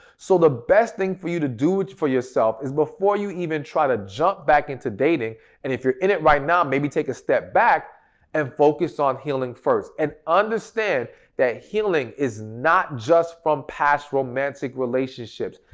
so, the best thing for you to do for yourself is before you even try to jump back into dating and if you're in it right now maybe take a step back and focus on healing first. and understand that healing is not just from past romantic relationships.